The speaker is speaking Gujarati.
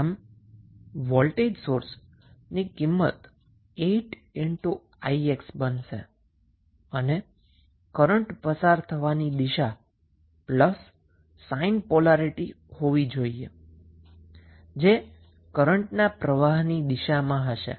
આમ વોલ્ટેજ સોર્સની વેલ્યુ 8𝑖𝑥 બનશે અને પ્લસ સાઈનની દિશા પોલારીટી પ્લસ હશે જે કરંટ ના પ્રવાહની દિશામાં હશે